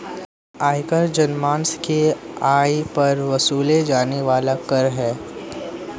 आयकर जनमानस के आय पर वसूले जाने वाला कर है